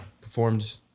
performed